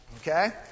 Okay